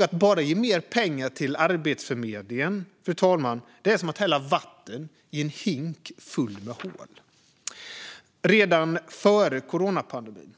Att bara ge mer pengar till Arbetsförmedlingen, fru talman, är som att hälla vatten i en hink full med hål. Redan före coronapandemin